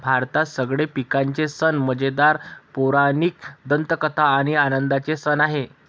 भारतात सगळे पिकांचे सण मजेदार, पौराणिक दंतकथा आणि आनंदाचे सण आहे